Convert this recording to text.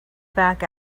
back